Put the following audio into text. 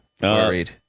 worried